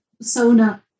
persona